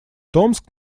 томск